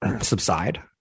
subside